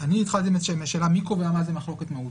אני התחלתי בשאלה מי קובע מה זו מחלוקת מהותית.